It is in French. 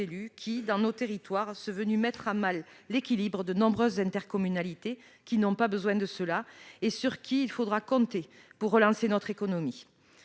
qui, dans nos territoires, serait venu mettre à mal l'équilibre de nombreuses intercommunalités- elles n'ont pas besoin de cela !-, sur lesquelles il faudra compter pour relancer notre économie.